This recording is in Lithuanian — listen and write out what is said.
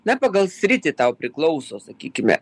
na pagal sritį tau priklauso sakykime